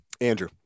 Andrew